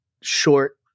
short